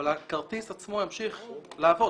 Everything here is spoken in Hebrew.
אבל הכרטיס עצמו ימשיך לעבוד.